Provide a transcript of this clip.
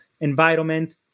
environment